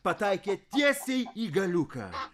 pataikė tiesiai į galiuką